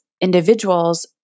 individuals